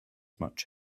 much